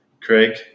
Craig